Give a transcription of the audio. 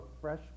fresh